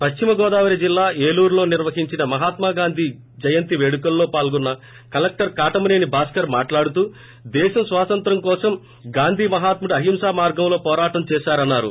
పశ్చిమగోదావరి జిల్లా ఏలూరులో నిర్వహించీన మహాత్మా గాంధీ జయంతి వేడుకోల్లో వాల్గొన్స్ కలెక్టర్ కాటమనేని భాస్కర్ మాట్లాడుతూ దేశం స్వాతంత్ర్యం కోసం గాంధీ మహాత్ముడు అహింసా మార్గంలో పోరాటంచేసారన్నారు